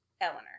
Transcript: Eleanor